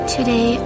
Today